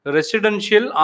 Residential